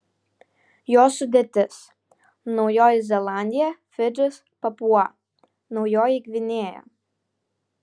jos sudėtis naujoji zelandija fidžis papua naujoji gvinėja